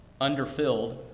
underfilled